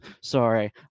Sorry